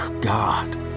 God